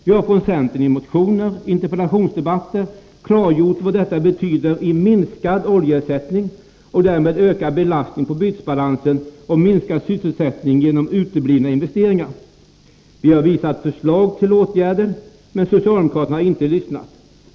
Vi har från centern i motioner och i interpellationsdebatter klargjort vad detta betyder i minskad oljeersättning och därmed ökad belastning på bytesbalansen samt minskad sysselsättning genom uteblivna investeringar. Vi har framfört förslag till åtgärder, men socialdemokraterna har inte lyssnat.